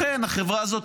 לכן החברה הזאת,